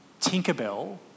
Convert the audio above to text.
Tinkerbell